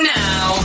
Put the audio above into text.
now